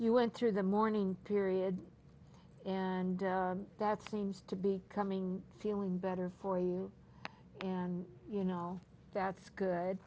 you went through the mourning period and that seems to be coming feeling better for you and you know that's good